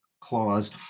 clause